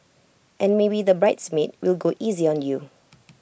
and maybe the bridesmaid will go easy on you